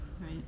right